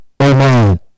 Amen